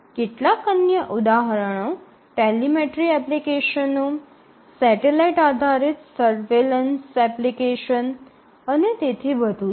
કેટલાક અન્ય ઉદાહરણો ટેલિમેટ્રી એપ્લિકેશનો સેટેલાઇટ આધારિત સર્વેલન્સ એપ્લિકેશન અને તેથી વધુ છે